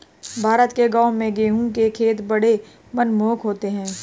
भारत के गांवों में गेहूं के खेत बड़े मनमोहक होते हैं